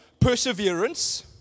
perseverance